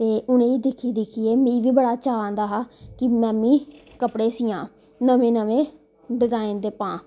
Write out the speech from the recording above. ते उनेंगी दिक्खी दिक्खियै मिगी बी बड़ा चा आंदा हा की मैंमी कपड़े सीआं नमें नमें डिजैन दे पां